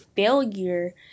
Failure